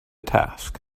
task